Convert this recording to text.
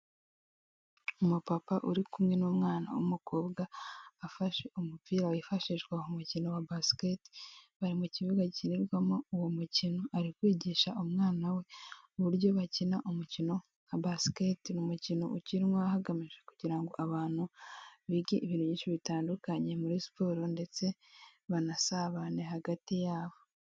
Umupapa uri kumwe n'umwana w'umukobwa, afashe umupira wifashishwa mu mukino wa basikete, bari mu kibuga gikinirwamo uwo mukino, ari kwigisha umwana we uburyo bakina umukino nka basikete, ni umukino ukinwa hagamijwe kugira ngo abantu bige ibintu byinshi bitandukanye muri siporo ndetse banasabane hagati yabo.